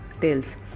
tales